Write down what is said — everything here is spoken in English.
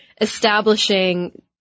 establishing